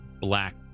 black